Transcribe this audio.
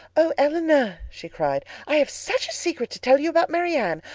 oh, elinor she cried, i have such a secret to tell you about marianne.